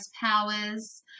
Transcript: powers